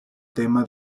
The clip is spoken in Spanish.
tema